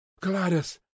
Gladys